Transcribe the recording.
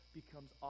becomes